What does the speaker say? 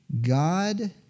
God